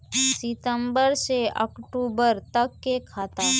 सितम्बर से अक्टूबर तक के खाता?